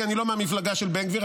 כי אני לא מהמפלגה של בן גביר,